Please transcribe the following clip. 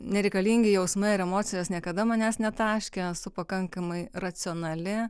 nereikalingi jausmai ir emocijos niekada manęs netaškė esu pakankamai racionali